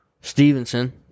Stevenson